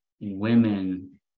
women